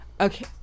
Okay